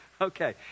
Okay